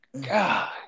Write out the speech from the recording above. God